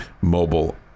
mobile